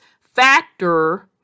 factor